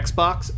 Xbox